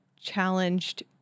challenged